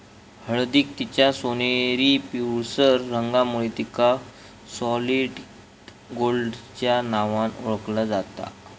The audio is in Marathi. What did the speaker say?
हळदीक तिच्या सोनेरी पिवळसर रंगामुळे तिका सॉलिड गोल्डच्या नावान ओळखला जाता